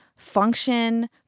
function